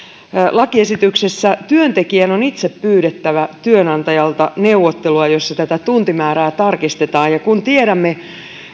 lakiesityksessä työntekijän on itse pyydettävä työnantajalta neuvottelua jossa tätä tuntimäärää tarkistetaan ja kun tiedämme